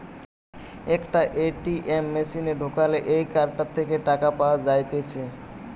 একটা এ.টি.এম মেশিনে ঢুকালে এই কার্ডটা থেকে টাকা পাওয়া যাইতেছে